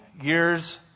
years